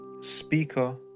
speaker